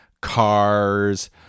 cars